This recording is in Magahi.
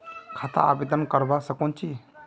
खाता आवेदन करवा संकोची?